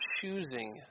choosing